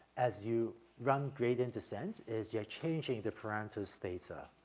as you run gradient descent is you're changing the parameters theta,